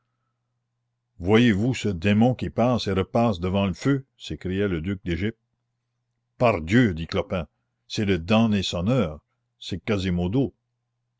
voyez-vous ce démon qui passe et repasse devant le feu s'écriait le duc d'égypte pardieu dit clopin c'est le damné sonneur c'est quasimodo